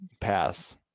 pass